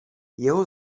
jeho